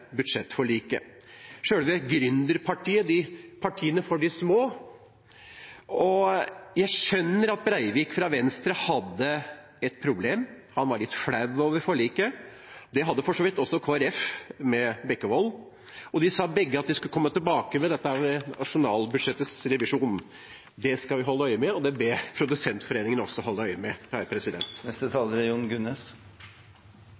budsjettforliket, selve gründerpartiet, partiet for de små. Jeg skjønner at Breivik fra Venstre hadde et problem, han var litt flau over forliket, og det hadde for så vidt også Kristelig Folkeparti, med Bekkevold. De sa begge at de skulle komme tilbake til dette ved nasjonalbudsjettets revisjon. Det skal vi holde øye med, og det ber jeg Produsentforeningen også holde øye med.